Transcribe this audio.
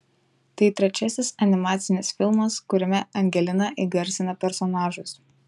tai trečiasis animacinis filmas kuriame angelina įgarsina personažus